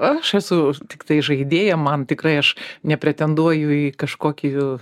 aš esu tiktai žaidėja man tikrai aš nepretenduoju į kažkokį